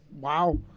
Wow